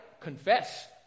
confess